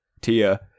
Tia